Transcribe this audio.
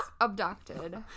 abducted